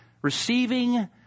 Receiving